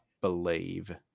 believe